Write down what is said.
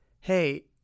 hey